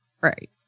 Right